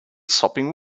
sopping